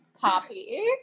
Poppy